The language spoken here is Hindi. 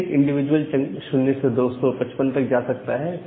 प्रत्येक इंडिविजुअल चंक 0 से 255 तक जा सकता है